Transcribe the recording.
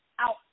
Out